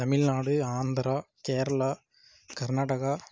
Tamil Nadu Andhra Kerala Karnataka